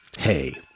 Hey